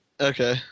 okay